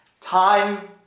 Time